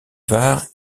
var